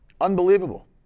Unbelievable